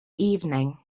evening